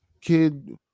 Kid